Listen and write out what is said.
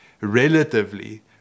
relatively